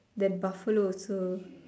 that Buffalo also